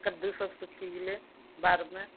कद्दू सब सुखि गेलै बाढ़मे